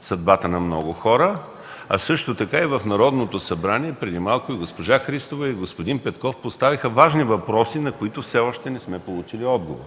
съдбата на много хора. А също така в Народното събрание преди малко госпожа Христова и господин Петков поставиха важни въпроси, на които все още не сме получили отговор.